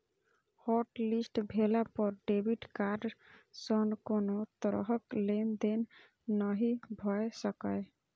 hotlist भेला पर debit card सं कोनो तरहक लेनदेन नहि भए सकैए